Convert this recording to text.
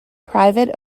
private